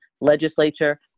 legislature